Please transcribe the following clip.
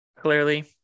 clearly